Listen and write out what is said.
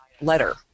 letter